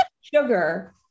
Sugar